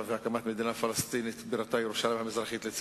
אפרופו מפלגת, "העבודה" קראתם לה?